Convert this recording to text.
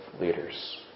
leaders